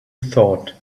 thought